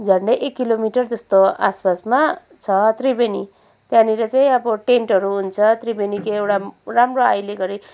झन्डै एक किलोमिटर जस्तो आसपासमा छ त्रिवेणी त्यहाँनिर चाहिँ अब टेन्टहरू हुन्छ त्रिवेणीको एउटा राम्रो अहिले घडी